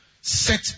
set